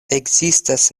ekzistas